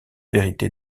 vérité